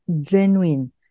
genuine